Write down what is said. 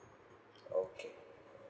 okay